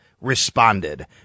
responded